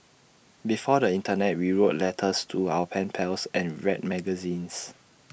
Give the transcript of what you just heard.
before the Internet we wrote letters to our pen pals and read magazines